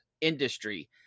industry